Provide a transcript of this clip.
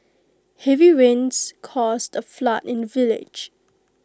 heavy rains caused A flood in the village